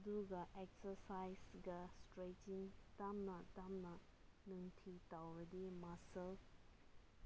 ꯑꯗꯨꯒ ꯑꯦꯛꯁꯔꯁꯥꯏꯁꯀ ꯏꯁꯇ꯭ꯔꯦꯆꯤꯡ ꯇꯞꯅ ꯇꯞꯅ ꯅꯨꯡꯇꯤꯒꯤ ꯇꯧꯔꯗꯤ ꯃꯁꯜ